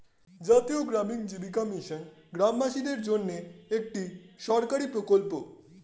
জাতীয় গ্রামীণ জীবিকা মিশন গ্রামবাসীদের জন্যে একটি সরকারি প্রকল্প